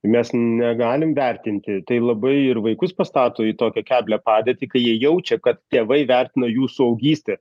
mes negalim vertinti tai labai ir vaikus pastato į tokią keblią padėtį kai jie jaučia kad tėvai vertina jų suaugystę